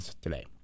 today